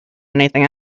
anything